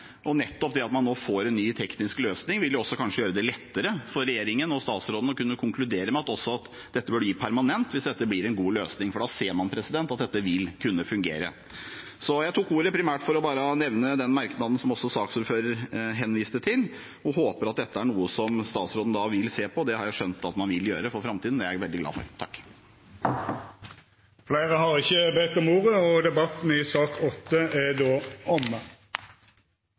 og nettopp det at man nå får en ny teknisk løsning, vil kanskje gjøre det lettere for regjeringen og statsråden å kunne konkludere med at dette bør bli permanent hvis det blir en god løsning, for da ser man at det vil kunne fungere. Jeg tok ordet primært for bare å nevne den merknaden som også saksordføreren henviste til, og håper at dette er noe statsråden vil se på. Det har jeg skjønt at man vil gjøre for framtiden, og det er jeg veldig glad for. Fleire har ikkje bedt om ordet til sak nr. 8. Etter ynske frå helse- og